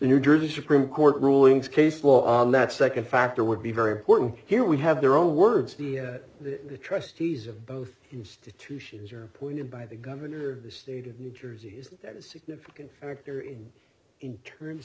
new jersey supreme court rulings case law that second factor would be very important here we have their own words via the trustees of both institutions are appointed by the governor the state of new jersey's a significant victory in terms